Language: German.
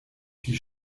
die